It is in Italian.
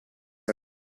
lui